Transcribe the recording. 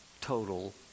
total